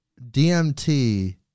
DMT